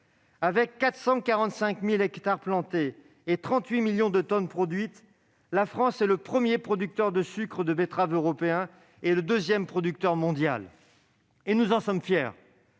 Avec 445 000 hectares plantés et 38 millions de tonnes produites, la France est le premier producteur de sucre de betterave européen et le deuxième mondial. Nous en sommes fiers.